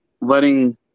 letting